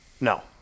No